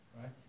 right